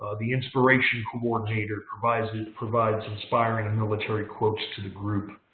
ah the inspiration coordinator provides ah provides inspiring and military quotes to the group.